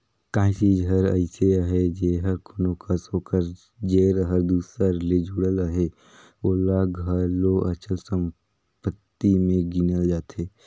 काहीं चीज हर अइसे अहे जेहर कोनो कस ओकर जेर हर दूसर ले जुड़ल अहे ओला घलो अचल संपत्ति में गिनल जाथे